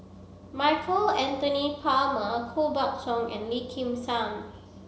Michael Anthony Palmer Koh Buck Song and Lim Kim San